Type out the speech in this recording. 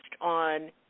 on